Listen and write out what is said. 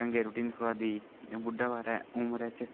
ढंगै रुट्टी नी थ्होआ दी बुड्ढै बारै उमरै च